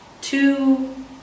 two